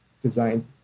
design